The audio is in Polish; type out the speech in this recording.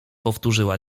powtórzyła